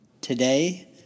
Today